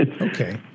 Okay